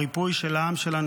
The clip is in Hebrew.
הריפוי של העם שלנו,